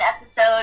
episode